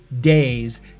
days